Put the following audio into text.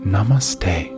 Namaste